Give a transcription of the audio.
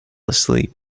asleep